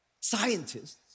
scientists